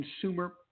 consumer